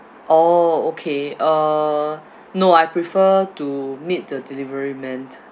oh okay uh no I prefer to meet the delivery man